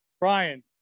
Brian